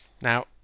Now